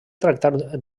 tractar